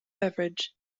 beverage